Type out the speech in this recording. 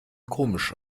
komisch